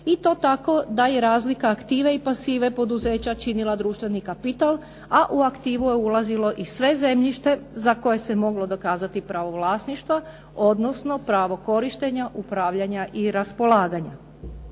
i to tako da je razlika aktive i pasive poduzeća činila društveni kapital a u aktivu je ulazilo i sve zemljište za koje se moglo dokazati pravo vlasništva odnosno pravo korištenja, upravljanja i raspolaganja.